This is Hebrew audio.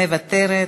מוותרת.